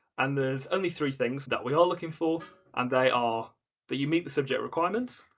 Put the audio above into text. and there's only three things that we are looking for and they are that you meet the subject requirements,